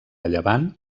llevant